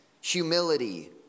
humility